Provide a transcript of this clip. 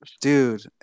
dude